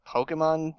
Pokemon